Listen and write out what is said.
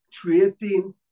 creating